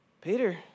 Peter